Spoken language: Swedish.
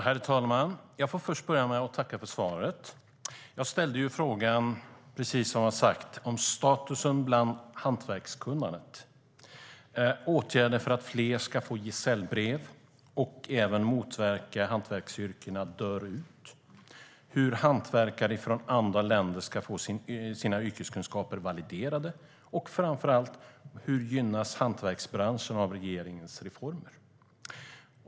Herr talman! Jag får börja med att tacka för svaret. Jag har ställt frågor om statusen för hantverkskunnandet och åtgärder för att fler ska få gesällbrev och för att motverka att hantverksyrkena dör ut. Jag har även frågat hur hantverkare från andra länder ska få sina yrkeskunskaper validerade och framför allt hur hantverksbranschen gynnas av regeringens reformer.